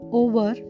over